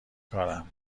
کارم